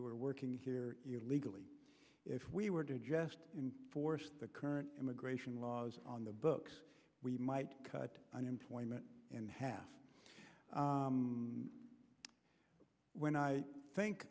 who are working here illegally if we were do jest force the current immigration laws on the books we might cut unemployment in half when i think